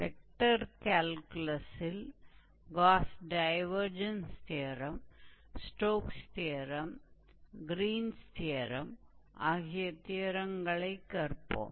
vector கேல்குலஸில் Gauss divergence தேற்றம் Stokes தேற்றம் க்ரீன்ஸ் தேற்றம் ஆகிய தேற்றங்களைக் கற்போம்